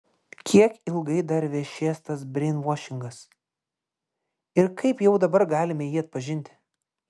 kiek ilgai dar vešės tas breinvašingas ir kaip jau dabar galime jį atpažinti